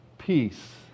peace